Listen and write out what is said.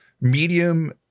medium